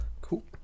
Cool